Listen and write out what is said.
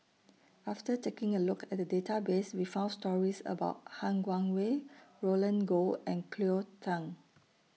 after taking A Look At The Database We found stories about Han Guangwei Roland Goh and Cleo Thang